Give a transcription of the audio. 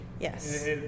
Yes